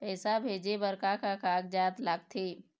पैसा भेजे बार का का कागजात लगथे?